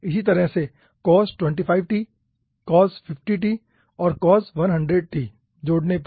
इसी तरह से फिर और कुछ जोड़ने पर